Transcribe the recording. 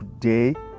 today